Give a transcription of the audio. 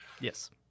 yes